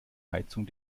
heizung